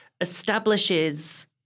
establishes